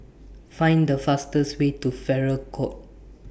Find The fastest Way to Farrer Court